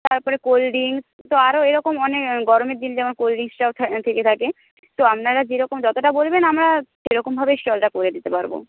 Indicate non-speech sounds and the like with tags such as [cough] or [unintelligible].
তারপরে cold drinks তো আরও এরকম অনেক [unintelligible] গরমের দিনে যেমন কোল্ড ড্রিঙ্কসটাও থেকে থাকে তো আপনারা যেরকম যতটা বলবেন আমরা সেরকমভাবেই স্টলটা করে দিতে পারব